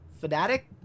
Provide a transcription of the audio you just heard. fanatic